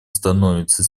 становится